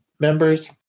members